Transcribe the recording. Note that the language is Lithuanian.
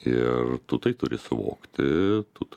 ir tu tai turi suvokti tu